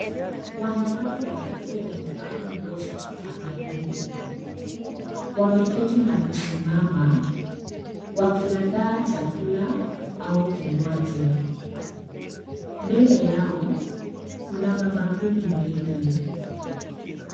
Wanawake watatu wakivaa nguo za kitamafuni. Wameketi na kusimama wakiandaa chakula au kinywaji. Mbele yao kuna mabakuli mingi.